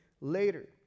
later